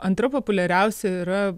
antra populiariausia yra